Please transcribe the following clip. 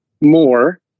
more